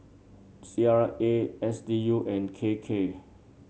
C R A S D U and K K